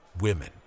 Women